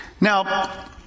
Now